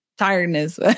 Tiredness